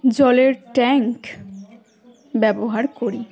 জলের ট্যাঙ্ক ব্যবহার করি